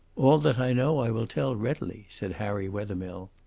all that i know i will tell readily, said harry wethermill.